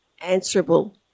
answerable